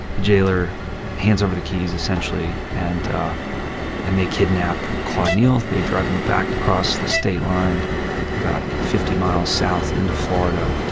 the jailer hands over the keys, essentially, and and they kidnap claude neal. they drive him back across the state line about fifty miles south into florida